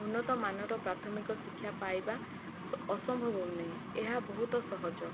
ଉନ୍ନତ ମାନର ପ୍ରାଥମିକ ଶିକ୍ଷା ପାଇବା ଅସମ୍ଭବ ନୁହେଁ ଏହା ବହୁତ ସହଜ